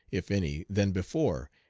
if any, than before,